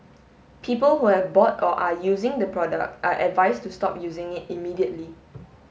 people who have bought or are using the product are advised to stop using it immediately